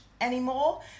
anymore